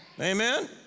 Amen